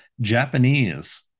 Japanese